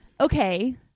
okay